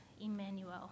Emmanuel